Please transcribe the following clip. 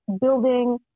building